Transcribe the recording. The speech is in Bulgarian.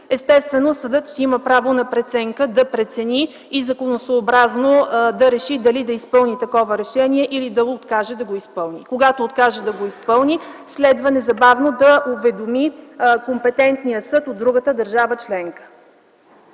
Естествено съдът ще има право да прецени и законосъобразно да реши дали да изпълни такова решение, или да откаже да го изпълни. Когато откаже да го изпълни, следва незабавно да уведоми компетентния съд от другата държава членка.